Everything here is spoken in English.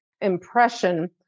impression